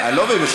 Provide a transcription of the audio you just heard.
אני לא מבין,